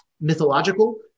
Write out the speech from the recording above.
mythological